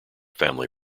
family